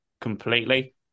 completely